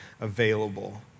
available